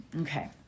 Okay